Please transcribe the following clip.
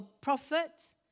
prophet